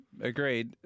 agreed